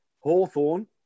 Hawthorne